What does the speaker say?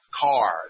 car